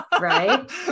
right